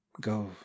go